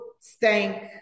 Stank